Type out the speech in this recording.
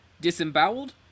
disemboweled